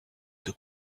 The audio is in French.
deux